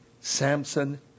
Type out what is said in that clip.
Samson